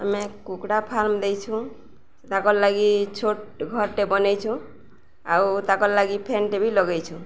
ଆମେ କୁକୁଡ଼ା ଫାର୍ମ ଦେଇଛୁ ତାଙ୍କର ଲାଗି ଛୋଟ ଘରଟେ ବନେଇଛୁ ଆଉ ତାଙ୍କର ଲାଗି ଫ୍ୟାନ୍ ବି ଲଗେଇଛୁ